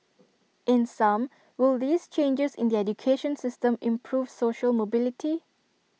in sum will these changes in the education system improve social mobility